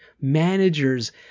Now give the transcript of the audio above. managers